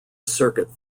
circuit